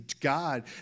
God